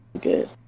Good